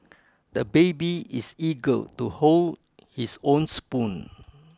the baby is eager to hold his own spoon